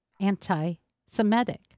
anti-Semitic